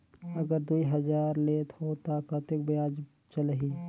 अगर दुई हजार लेत हो ता कतेक ब्याज चलही?